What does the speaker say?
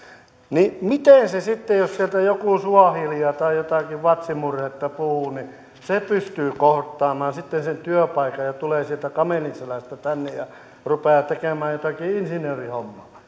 niin miten se sitten jos sieltä tulee joku joka suahilia tai jotakin swazi murretta puhuu pystyy kohtaamaan sen työpaikan ja tulee sieltä kamelin selästä tänne ja rupeaa tekemään jotakin insinöörihommaa